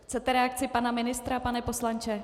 Chcete reakci pana ministra, pane poslanče?